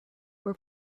were